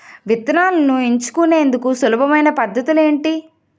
విత్తనాలను ఎంచుకునేందుకు సులభమైన పద్ధతులు ఏంటి?